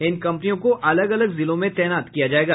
इन कंपनियों को अलग अलग जिलों में तैनात किया जायेगा